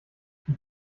die